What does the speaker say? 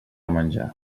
menjar